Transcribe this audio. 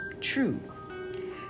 true